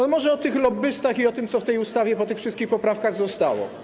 To może o tych lobbystach i o tym, co w tej ustawie po tych wszystkich poprawkach zostało.